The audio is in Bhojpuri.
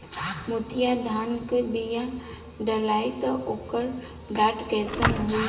मोतिया धान क बिया डलाईत ओकर डाठ कइसन होइ?